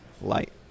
light